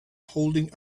holding